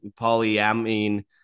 polyamine